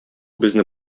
безне